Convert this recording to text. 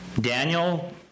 Daniel